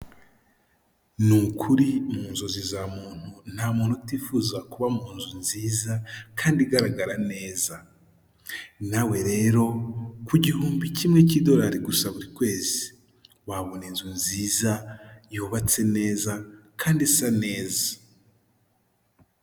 Ni ukuri mu nzozi za muntu nta muntu utifuza kuba mu nzu nziza kandi igaragara neza, nawe rero ku gihumbi kimwe cy'idolari gusa buri kwezi, wabona inzu nziza yubatse neza kandi isa neza.